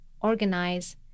organize